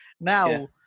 now